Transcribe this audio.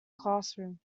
classroom